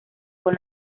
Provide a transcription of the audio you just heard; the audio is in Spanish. con